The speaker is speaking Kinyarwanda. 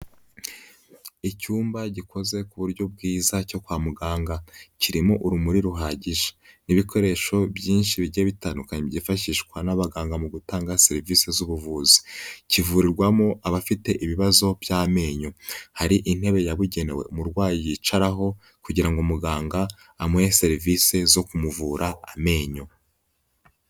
Icyumba gikoze ku buryo bwiza cyo kwa muganga, kirimo urumuri ruhagije, n'ibikoresho byinshi bijye bitandukanye byifashishwa n'abaganga mu gutanga serivisi z'ubuvuzi, kivurirwamo abafite ibibazo by'amenyo, hari intebe yabugenewe umurwayi yicaraho kugira ngo muganga amuhe serivisi zo kumuvura amenyo.